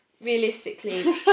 Realistically